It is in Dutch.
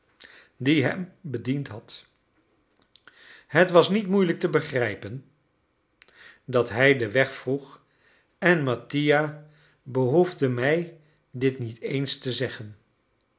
die hem bediend had het was niet moeilijk te begrijpen dat hij den weg vroeg en mattia behoefde mij dit niet eens te zeggen